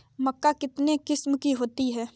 मक्का कितने किस्म की होती है?